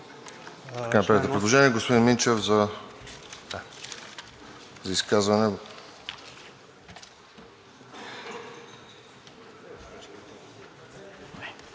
така направените предложения. Господин Минчев – за изказване.